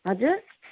हजुर